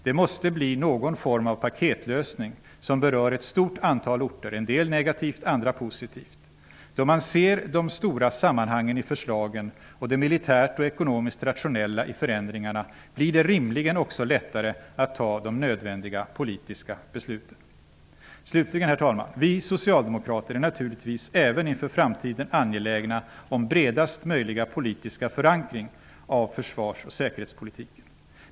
Det måste bli någon form av paketlösning, som berör ett stort antal orter, en del negativt och andra positivt. Då man ser de stora sammanhangen i förslagen och det militärt och ekonomiskt rationella i förändringarna, blir det rimligen också lättare att fatta de nödvändiga politiska besluten. Herr talman! Vi socialdemokrater är naturligtvis även inför framtiden angelägna om bredast möjliga politiska förankring av försvars och säkerhetspolitiken.